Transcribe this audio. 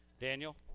Daniel